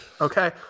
Okay